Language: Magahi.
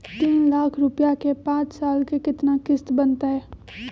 तीन लाख रुपया के पाँच साल के केतना किस्त बनतै?